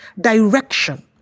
direction